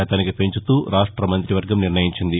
శాతానికి పెంచుతూ రాష్ట మంతివర్గం నిర్ణయించింది